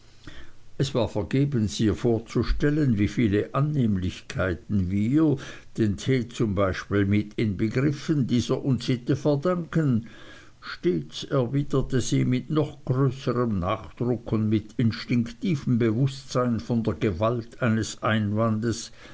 es war vergebens ihr vorzustellen wie viele annehmlichkeiten wir den tee zum beispiel mit inbegriffen dieser unsitte verdanken stets erwiderte sie mit noch größerm nachdruck und mit instinktivem bewußtsein von der gewalt ihres einwandes